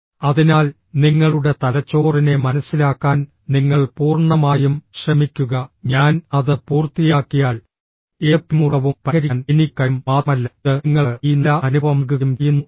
അതിനാൽ നിങ്ങളുടെ തലച്ചോറിനെ മനസ്സിലാക്കാൻ നിങ്ങൾ പൂർണ്ണമായും ശ്രമിക്കുക ഞാൻ അത് പൂർത്തിയാക്കിയാൽ ഏത് പിരിമുറുക്കവും പരിഹരിക്കാൻ എനിക്ക് കഴിയും മാത്രമല്ല ഇത് നിങ്ങൾക്ക് ഈ നല്ല അനുഭവം നൽകുകയും ചെയ്യുന്നുവെന്നു